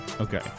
okay